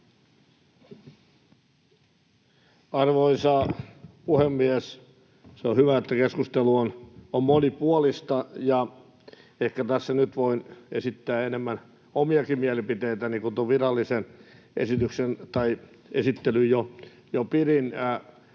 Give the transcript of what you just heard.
Arvoisa puhemies! On hyvä, että keskustelu on monipuolista, ja ehkä tässä nyt voin esittää enemmän omiakin mielipiteitäni, kun tuon virallisen esittelyn jo pidin.